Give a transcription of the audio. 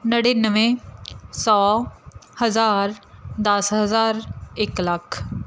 ਨੜਿਨਵੇਂ ਸੌ ਹਜ਼ਾਰ ਦਸ ਹਜ਼ਾਰ ਇੱਕ ਲੱਖ